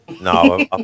No